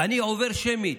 אני עובר שמית,